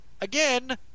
again